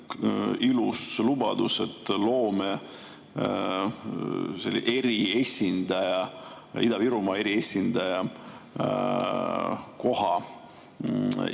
ilus lubadus, et loote Ida-Virumaa eriesindaja koha.